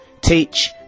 teach